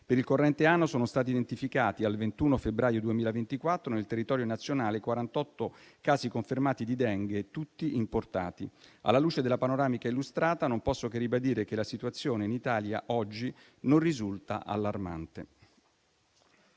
territorio nazionale sono stati identificati, al 21 febbraio 2024, 48 casi confermati di Dengue, tutti importati. Alla luce della panoramica illustrata, non posso che ribadire che la situazione in Italia oggi non risulta allarmante.